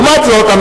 לעומת זאת,